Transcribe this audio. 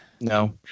No